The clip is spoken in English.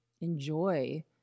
enjoy